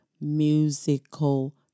musical